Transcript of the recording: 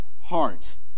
heart